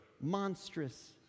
monstrous